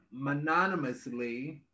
mononymously